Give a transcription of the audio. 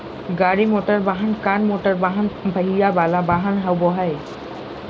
गाड़ी मोटरवाहन, car motorcar पहिया वला वाहन होबो हइ